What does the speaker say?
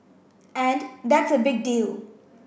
and that's a big deal